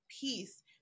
peace